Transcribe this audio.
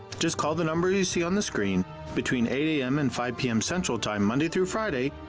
just call the number you see on the screen between eight am and five pm, central time, monday thru friday,